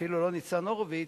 אפילו לא ניצן הורוביץ,